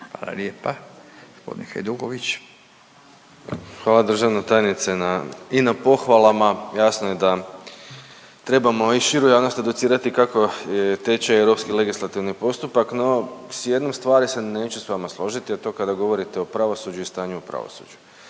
(Socijaldemokrati)** Hvala državnoj tajnice i na pohvalama. Jasno je da trebamo i širu javnost educirati kako teče europski legislativni postupak, no s jednom stvari se neću s vama složiti, a to kada govorite o pravosuđu i o stanju u pravosuđu.